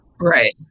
right